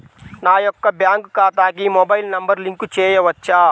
నా యొక్క బ్యాంక్ ఖాతాకి మొబైల్ నంబర్ లింక్ చేయవచ్చా?